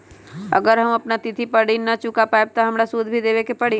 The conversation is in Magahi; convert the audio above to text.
अगर हम अपना तिथि पर ऋण न चुका पायेबे त हमरा सूद भी देबे के परि?